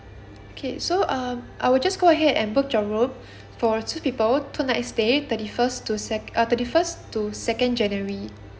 okay so um I will just go ahead and book your room for two people two nights stay thirty first to sec~ err thirty first to second january